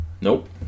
Nope